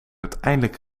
uiteindelijk